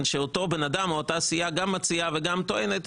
שאותו בן אדם או אותה סיעה גם מציעה וגם טוענת,